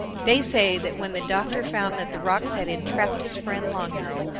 they say that when the doctor found that the rocks had entrapped his friend, long arrow,